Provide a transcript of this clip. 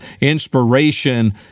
inspiration